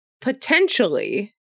Potentially